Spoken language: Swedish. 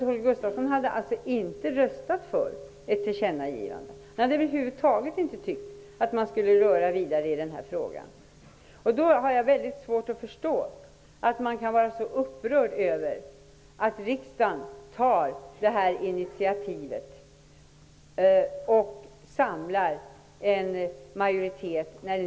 Holger Gustafsson hade alltså inte röstat för ett tillkännagivande eller över huvud taget tyckt att man skulle gå vidare i den här frågan. Då har jag väldigt svårt att förstå att man kan vara så upprörd över att riksdagen tar initiativet och samlar en majoritet för förslaget.